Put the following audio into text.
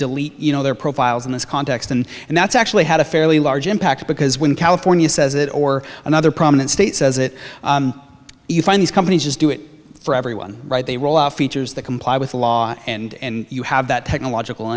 delete you know their profiles in this context and and that's actually had a fairly large impact because when california says it or another prominent state says it even is companies just do it for everyone right they roll out features that comply with the law and you have that technological